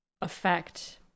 affect